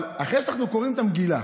אבל אחרי שאנחנו קוראים את המגילה